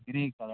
gray colour